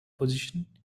position